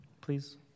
please